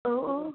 औ औ